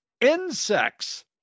insects